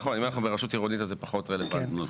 נכון, אם אנחנו ברשות עירונית זה פחות רלוונטי.